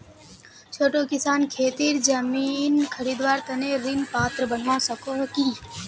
छोटो किसान खेतीर जमीन खरीदवार तने ऋण पात्र बनवा सको हो कि?